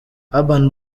urban